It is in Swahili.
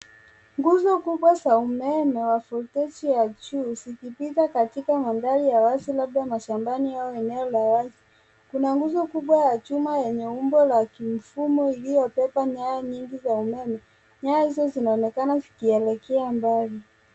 Nguzo kubwa za umeme wa voltage ya juu zikipita katika mandhari ya wazi labda mashambani au eneo la wazi. Kuna nguzo kubwa ya chuma lenye umbo wa kimfumo iliyobeba nyaya nyingi za umeme. Nyaya hizo zinaonekana kuelekea mbali.